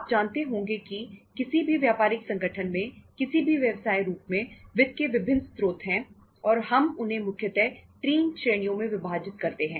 आप जानते होंगे कि किसी भी व्यापारिक संगठन में किसी भी व्यवसाय रूप में वित्त के विभिन्न स्रोत है और हम उन्हें मुख्यतः तीन श्रेणियों में विभाजित करते हैं